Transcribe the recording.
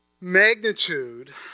magnitude